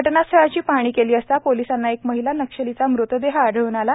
घटनास्थळाची पाहणी केली असता पोलिसांना एका महिला नक्षलीचा मृतदेह आढळून आला